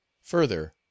further